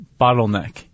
bottleneck